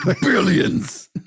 billions